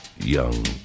young